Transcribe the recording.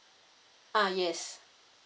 uh yes